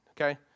okay